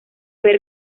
ver